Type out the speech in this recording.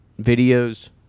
videos